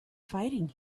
fighting